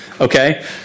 Okay